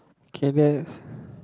K relax